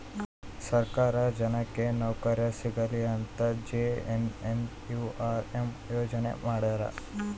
ಸರ್ಕಾರ ಜನಕ್ಕೆ ಸೌಕರ್ಯ ಸಿಗಲಿ ಅಂತ ಜೆ.ಎನ್.ಎನ್.ಯು.ಆರ್.ಎಂ ಯೋಜನೆ ಮಾಡ್ಯಾರ